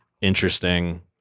interesting